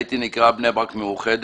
הייתי נקרא "בני ברק מאוחדת".